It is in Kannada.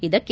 ಇದಕ್ಕೆ